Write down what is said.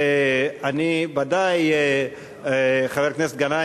אני ודאי, חבר הכנסת גנאים.